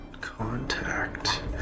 contact